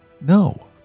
No